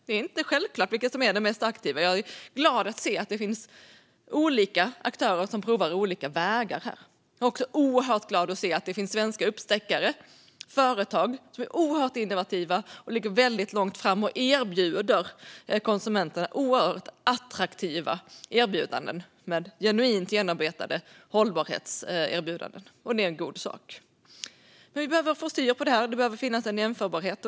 Det är inte självklart vilket som är det mest proaktiva. Jag är glad att se att det finns olika aktörer som provar olika vägar. Jag är också glad att se att det finns svenska uppstickare, företag som är oerhört innovativa och ligger väldigt långt fram och ger konsumenter attraktiva erbjudanden med genuint genomarbetad hållbarhet. Det är en god sak. Vi behöver få styr på det här. Det behöver finnas en jämförbarhet.